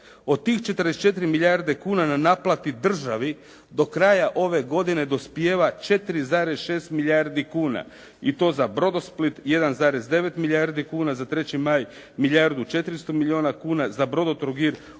od tih 44 milijarde kuna na naplati države do kraja ove godine dospijeva 4,6 milijardi kuna i to za Brodosplit 1,9 milijardi kuna, za Treći Maj milijardu i 400 milijuna kuna, za Brodotrogir 800 milijuna kuna,